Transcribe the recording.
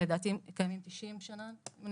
הם קיימים 90 שנה.